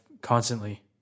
constantly